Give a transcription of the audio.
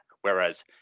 whereas